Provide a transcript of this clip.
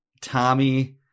Tommy